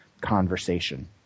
conversation